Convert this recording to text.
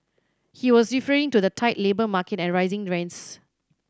he was referring to the tight labour market and rising rents